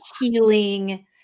healing